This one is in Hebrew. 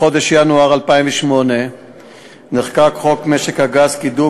בחודש ינואר 2008 נחקק חוק משק הגז (קידום